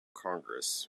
congress